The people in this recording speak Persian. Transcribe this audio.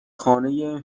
خانه